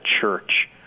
church